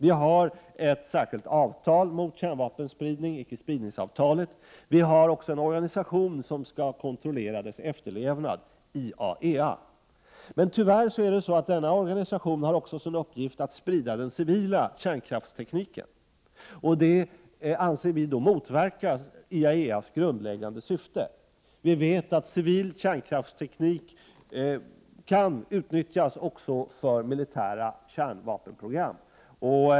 Vi har ett särskilt avtal mot kärnvapenspridning, icke-spridningsavta let, och en organisation som skall kontrollera dess efterlevnad, IAEA. Men tyvärr har denna organisation också till uppgift att sprida den civila kärnkraftstekniken, och vi anser att detta motverkar IAEA:s grundläggande syfte. Vi vet att civil kärnkraftsteknik kan utnyttjas också för militära kärnvapenprogram.